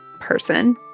person